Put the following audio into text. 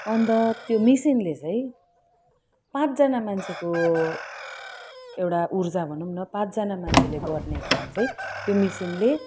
अन्त त्यो मिसिनले है पाँचजना मान्छेको एउटा उर्जा भनौँ न पाँचजना मान्छेले गर्ने काम चाहिँ त्यो मिसिनले